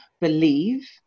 believe